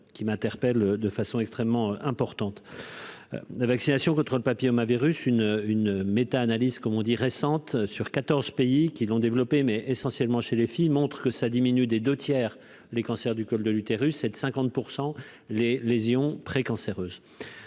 qui m'interpelle, de façon extrêmement importante. La vaccination contre le papillomavirus une une méta-analyse comme on dit récente sur 14 pays qui l'ont développé, mais essentiellement chez les filles, montres que ça diminue des 2 tiers, les cancers du col de l'utérus et de 50 % les lésions précancéreuses